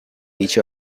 each